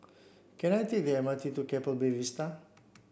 can I take the M R T to Keppel Bay Vista